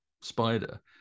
Spider